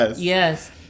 yes